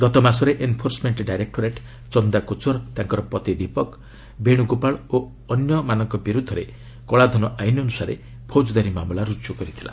ଗତମାସରେ enforcement directorate Chanda Kochhar ତାଙ୍କ ପତି ଦୀପକ୍ ବେଣୁଗୋପାଳ ଓ ଅନ୍ୟମାନଙ୍କ ବିରୁଦ୍ଧରେ କଳାଧନ ଆଇନ ଅନୁସାରେ ଫୌଜଦାରୀ ମାମଲା ରୁଜୁ କରିଥିଲା